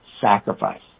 sacrifice